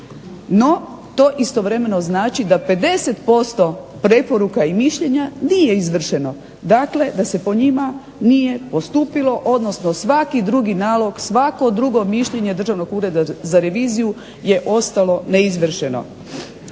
NO, to istovremeno znači da 50% preporuka i mišljenja nije izvršeno, dakle da se po njima nije postupilo, svaki drugi nalog, svako drugo mišljenje Državnog ureda za reviziju je ostalo neizvršeno.